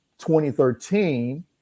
2013